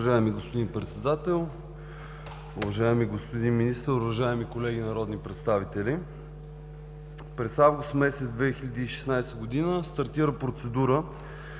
Уважаеми господин Председател, уважаеми господин Министър, уважаеми колеги народни представители! През месец август 2016 г. стартира процедура